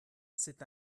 c’est